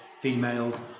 females